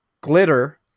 glitter